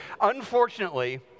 unfortunately